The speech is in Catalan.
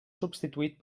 substituït